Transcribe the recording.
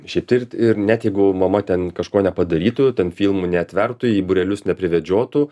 šiaip tai irt ir net jeigu mama ten kažko nepadarytų ten filmų neatvertų į būrelius neprivedžiotų